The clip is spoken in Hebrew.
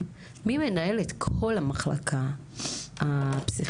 מי מנהל את כל המחלקה הפסיכיאטרית?